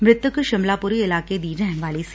ਮ੍ਰਿਤਕ ਸ਼ਿਮਲਾ ਪੁਰੀ ਇਲਾਕੇ ਦੀ ਰਹਿਣ ਵਾਲੀ ਸੀ